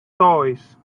toys